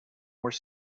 were